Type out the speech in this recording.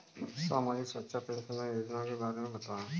सामाजिक सुरक्षा पेंशन योजना के बारे में बताएँ?